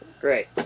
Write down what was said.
Great